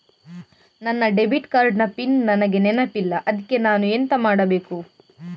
ನನ್ನ debit card ನ pin ನನಗೆ ನೆನಪಿಲ್ಲ ಅದ್ಕೆ ನಾನು ಎಂತ ಮಾಡಬೇಕು?